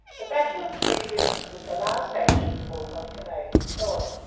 the battle of three rivers was the last action fought on canadian soil.